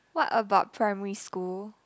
what about primary school